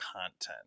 content